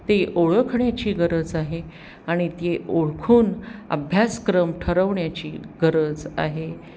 ती ओळखण्याची गरज आहे आणि ती ओळखून अभ्यासक्रम ठरवण्याची गरज आहे